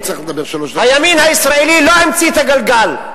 הימין הישראלי לא המציא את הגלגל,